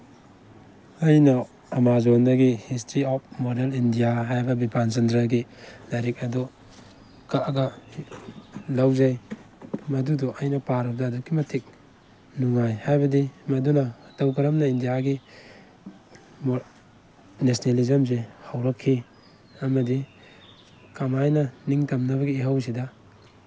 ꯑꯩꯅ ꯑꯥꯃꯥꯖꯣꯟꯗꯒꯤ history of modern India ꯍꯥꯏꯕ ꯕꯤꯄꯥꯟꯆꯟꯗ꯭ꯔꯒꯤ ꯂꯥꯏꯔꯤꯛ ꯑꯗꯨ ꯀꯛꯑꯒ ꯂꯧꯖꯩ ꯃꯗꯨꯗꯣ ꯑꯩꯅ ꯄꯥꯔꯨꯕꯗ ꯑꯗꯨꯛꯀꯤ ꯃꯇꯤꯛ ꯅꯨꯡꯉꯥꯏ ꯍꯥꯏꯕꯗꯤ ꯃꯗꯨꯅ ꯃꯇꯧ ꯀꯔꯝꯅ ꯏꯟꯗꯤꯌꯥꯒꯤ ꯅꯦꯁꯂꯦꯂꯤꯖꯝꯁꯦ ꯍꯧꯔꯛꯈꯤ ꯑꯃꯗꯤ ꯀꯃꯥꯏꯅ ꯅꯤꯡ ꯇꯝꯅꯕꯒꯤ ꯏꯍꯧꯁꯤꯗ